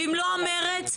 במלוא המרץ.